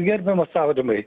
gerbiamas aurimai